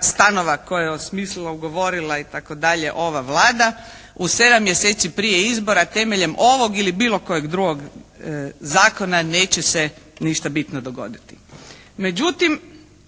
stanova koje je osmislila, ugovorila itd. ova Vlada, u 7 mjeseci prije izbora temeljem ovog ili bilo kojeg drugog zakona neće se ništa bitno dogoditi.